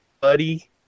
buddy